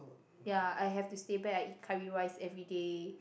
ya I have to stay back I eat curry rice everyday